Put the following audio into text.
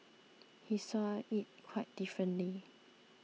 he saw it quite differently